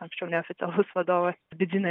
anksčiau neoficialus vadovas vidinę